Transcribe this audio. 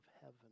heaven